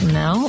no